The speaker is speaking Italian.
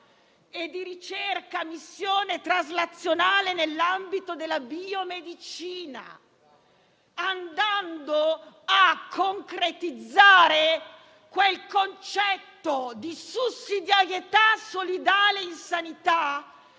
di ricerca a missione traslazionale nell'ambito della biomedicina, andando a concretizzare quel concetto di sussidiarietà solidale in sanità